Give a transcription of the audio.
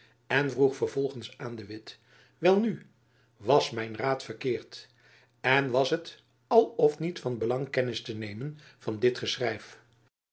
en vroeg vervolgends aan de witt welnu was mijn raad verkeerd en was het al of niet van belang kennis te nemen van dit